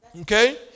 Okay